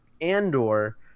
Andor